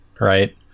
right